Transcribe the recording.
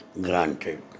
granted